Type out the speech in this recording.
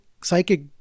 psychic